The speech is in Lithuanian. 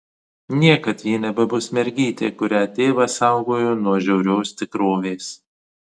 niekad ji nebebus mergytė kurią tėvas saugojo nuo žiaurios tikrovės